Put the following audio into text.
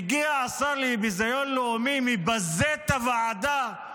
מגיע השר לביזיון לאומי, מבזה את הוועדה,